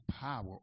power